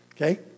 Okay